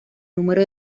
número